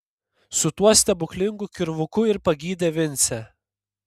su tuo stebuklingu kirvuku ir pagydė vincę